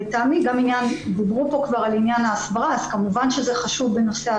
דיברו כאן על ההסברה וכמובן שזה חשוב.